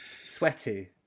Sweaty